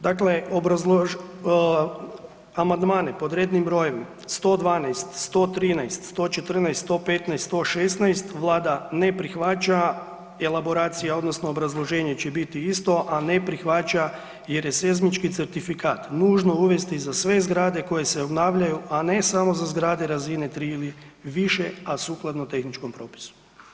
Dakle amandmane pod rednim brojem 112, 113, 114, 115 i 116 Vlada ne prihvaća, elaboracija odnosno obrazloženje će biti isto a ne prihvaća je seizmički certifikat nužno uvesti za sve zgrade koje se obnavljaju a ne samo za zgrade razine 3 ili više a sukladno tehničkom propisu.